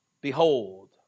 Behold